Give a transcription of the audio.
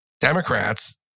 Democrats